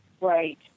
Right